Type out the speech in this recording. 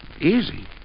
Easy